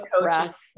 breath